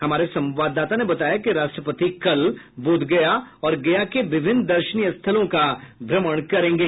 हमारे संवाददाता ने बताया कि राष्ट्रपति कल बोधगया और गया के विभिन्न दर्शनीय स्थलों का भ्रमण करेंगे